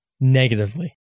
Negatively